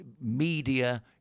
media